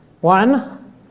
One